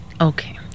Okay